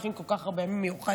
ומכין כל כך הרבה ימים מיוחדים,